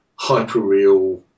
hyperreal